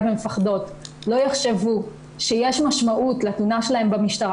ומפחדות לא יחשבו שיש משמעות לתלונה שלהן למשטרה